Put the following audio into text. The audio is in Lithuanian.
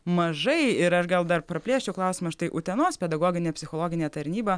mažai ir aš gal dar praplėsčiau klausimą štai utenos pedagoginė psichologinė tarnyba